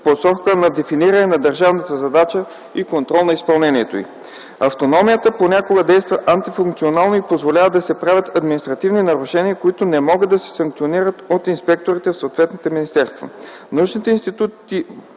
посока на дефиниране на държавната задача и контрол по изпълнението и. Автономията понякога действа антифункционално и позволява да се правят административни нарушения, които не могат да се санкционират от инспекторатите в съответните министерствата.